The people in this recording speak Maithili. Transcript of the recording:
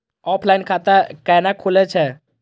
ऑफलाइन खाता कैना खुलै छै?